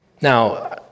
Now